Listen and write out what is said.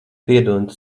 piedod